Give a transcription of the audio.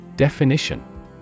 Definition